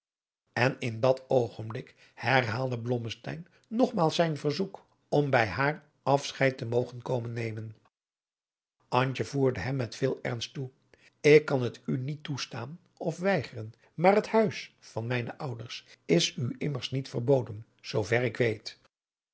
en in dat oogenblik hethaalde blommesteyn nogmaals zijn verzoek om bij haar afscheid te mogen komen nemen antje voerde hem met veel ernst toe ik kan het u niet toestaan of weigeren maar het huis van mijne ouders is u immers niet verboden zoover ik weet